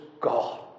God